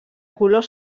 color